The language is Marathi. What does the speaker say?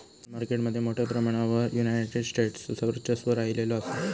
बाँड मार्केट मध्ये मोठ्या प्रमाणावर युनायटेड स्टेट्सचो वर्चस्व राहिलेलो असा